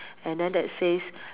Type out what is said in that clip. and then that says